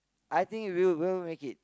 I think we will make it